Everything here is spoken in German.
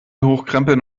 hochkrempeln